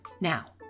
Now